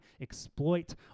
exploit